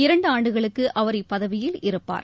இரண்டு ஆண்டுகளுக்கு அவர் இப்பதவியில் இருப்பார்